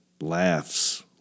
laughs